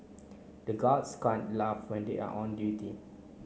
the guards can't laugh when they are on duty